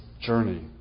journey